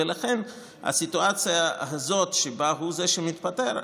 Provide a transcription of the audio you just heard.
ולכן הסיטואציה הזאת שבה הוא זה שמתפטר,